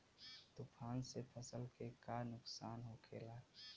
तूफान से फसल के का नुकसान हो खेला?